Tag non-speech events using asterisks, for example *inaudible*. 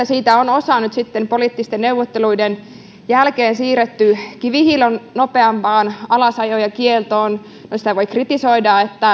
*unintelligible* siitä on osa nyt sitten poliittisten neuvotteluiden jälkeen siirretty kivihiilen nopeampaan alasajoon ja kieltoon no sitä voi kritisoida